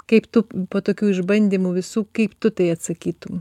kaip tu po tokių išbandymų visų kaip tu tai atsakytum